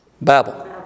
Babel